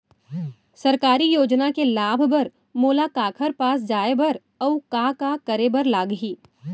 सरकारी योजना के लाभ बर मोला काखर पास जाए बर अऊ का का करे बर लागही?